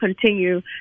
continue